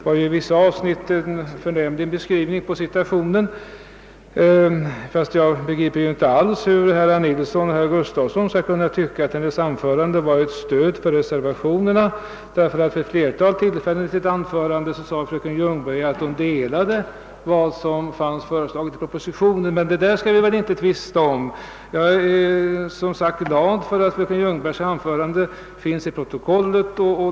Hon gav i vissa avsnitt en förnämlig beskrivning av situationen. Jag begriper dock inte alls hur herr Nilsson i Tvärålund och herr Gustafsson i Skellefteå kan tycka att hennes anförande stödde reservationerna, ty vid ett flertal tillfällen sade fröken Ljungberg att hon delade de åsikter som framförts i propositionen. Men vi skall väl inte tvista om detta. Jag är som sagt glad för att fröken Ljungbergs anförande finns i protokollet.